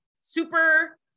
super